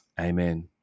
Amen